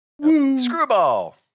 Screwball